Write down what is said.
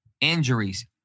injuries